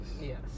Yes